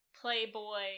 playboy